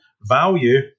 value